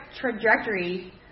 trajectory